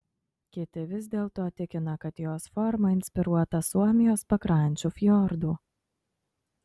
kiti vis dėlto tikina kad jos forma inspiruota suomijos pakrančių fjordų